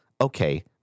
Okay